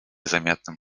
заметным